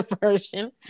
version